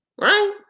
Right